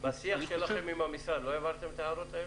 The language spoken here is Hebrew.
בשיח שלכם עם המשרד לא העברתם את ההערות האלה?